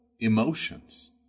Emotions